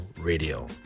Radio